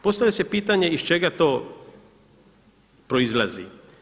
Postavlja se pitanje iz čega to proizlazi.